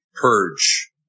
purge